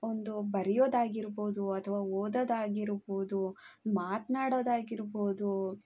ಒಂದು ಬರೆಯೋದಾಗಿರ್ಬೋದು ಅಥವಾ ಓದೋದಾಗಿರ್ಬೋದು ಮಾತನಾಡೋದಾಗಿರ್ಬೋದು